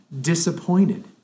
disappointed